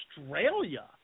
Australia